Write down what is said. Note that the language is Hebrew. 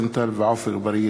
תודה.